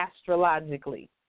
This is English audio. astrologically